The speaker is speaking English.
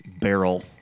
barrel